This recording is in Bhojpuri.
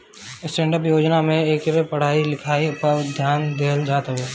स्टैंडडप योजना में इनके पढ़ाई लिखाई पअ भी ध्यान देहल जात हवे